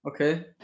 Okay